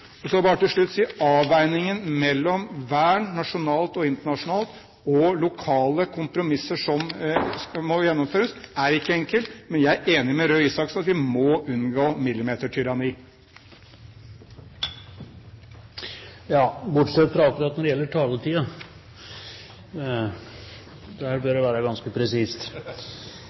Og så vil jeg bare helt til slutt si: Avveiningen mellom vern, nasjonalt og internasjonalt, og lokale kompromisser som må gjennomføres, er ikke enkelt. Men jeg er enig med Røe Isaksen i at vi må unngå millimetertyranni. Ja, bortsett fra akkurat når det gjelder taletiden! Der bør det være ganske presist.